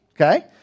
okay